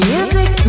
Music